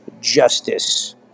justice